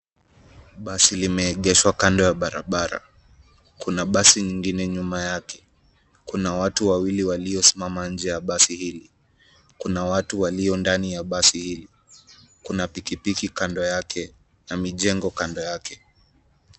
Basi limeegeshwa kando ya barabara. Kuna basi lingine nyuma yake. Kuna watu wengine waliosimama nje ya basi hili. Kuna watu walio ndani ya basi hili.